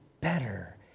better